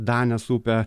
danės upė